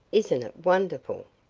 isn't it wonderful?